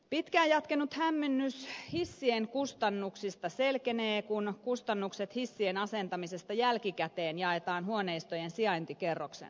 pitkään jatkunut hämmennys hissien kustannuksista selkenee kun kustannukset hissien asentamisesta jälkikäteen jaetaan huoneistojen sijaintikerroksen mukaan